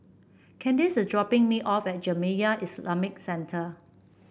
Candice is dropping me off at Jamiyah Islamic Centre